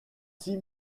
six